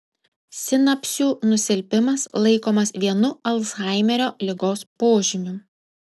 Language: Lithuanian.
sinapsių nusilpimas laikomas vienu alzhaimerio ligos požymių